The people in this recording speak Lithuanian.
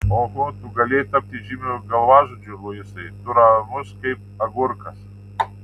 oho tu galėjai tapti įžymiu galvažudžiu luisai tu ramus kaip agurkas